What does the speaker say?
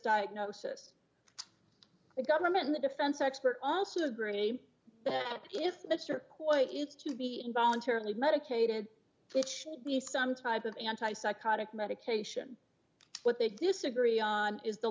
diagnosis the government and the defense expert also agree that if that's your point it's to be involuntarily medicated it should be some type of anti psychotic medication what they disagree on is the